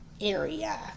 area